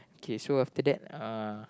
K so after that uh